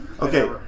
Okay